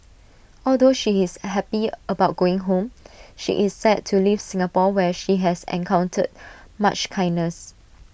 although she is happy about going home she is sad to leave Singapore where she has encountered much kindness